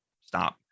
stop